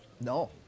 No